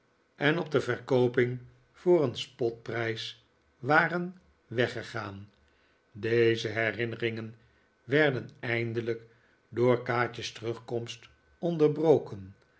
en op de verkooping voor een spotprijs waren weggegaan deze herinneringen werden eindelijk door kaatje's terugkomst onderbroken